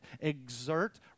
Exert